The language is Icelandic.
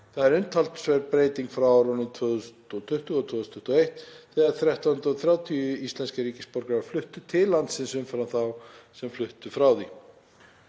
Það er umtalsverð breyting frá árunum 2020 og 2021, þegar 1.330 íslenskir ríkisborgarar fluttu til landsins umfram þá sem fluttu frá því.“